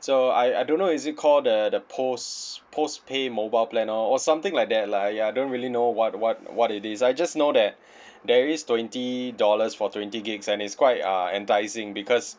so I I don't know is it call the the post post pay mobile plan or or something like that lah !aiya! don't really know what what what it is I just know that there is twenty dollars for twenty gigs and it's quite uh enticing because